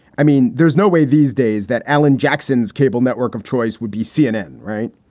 i mean, there's no way these days that alan jackson's cable network of choice would be cnn. right.